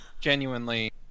genuinely